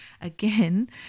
Again